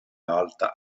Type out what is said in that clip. alta